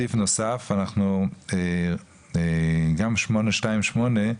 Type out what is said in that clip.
סעיף נוסף לגבי קו 828,